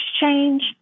change